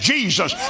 Jesus